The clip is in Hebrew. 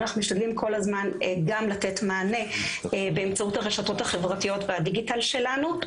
גם לתת מענה באמצעות הרשתות החברתיות והדיגיטל שלנו.